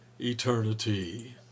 eternity